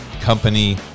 Company